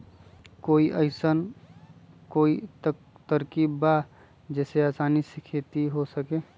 कोई अइसन कोई तरकीब बा जेसे आसानी से खेती हो सके?